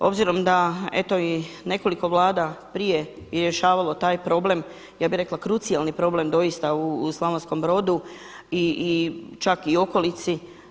Obzirom da eto i nekoliko Vlada prije rješavalo taj problem, ja bih rekla krucijalni problem doista u Slavonskom Brodu i čak u okolici.